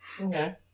Okay